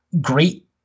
great